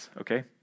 okay